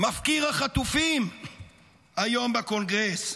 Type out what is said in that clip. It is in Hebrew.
מפקיר החטופים היום בקונגרס.